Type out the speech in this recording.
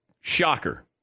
Shocker